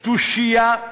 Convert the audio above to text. תושייה,